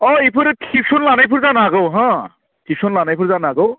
अह इफोरो टिउसन लानायफोर जानो हागौ हो टिउसन लानायफोर जानो हागौ